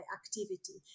activity